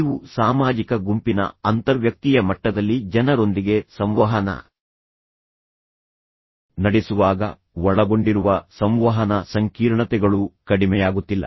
ನೀವು ಸಾಮಾಜಿಕ ಗುಂಪಿನ ಅಂತರ್ವ್ಯಕ್ತೀಯ ಮಟ್ಟದಲ್ಲಿ ಜನರೊಂದಿಗೆ ಸಂವಹನ ನಡೆಸುವಾಗ ಒಳಗೊಂಡಿರುವ ಸಂವಹನ ಸಂಕೀರ್ಣತೆಗಳು ಕಡಿಮೆಯಾಗುತ್ತಿಲ್ಲ